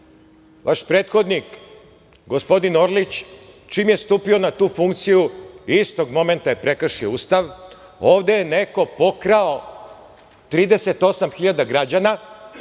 prethodnik, gospodin Orlić, čim je stupio na tu funkciju, istog momenta je prekršio Ustav. Ovde je neko pokrao 38.000 građana